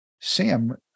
Sam